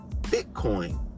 Bitcoin